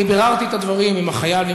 אני ביררתי את הדברים עם חבריו של החייל.